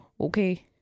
okay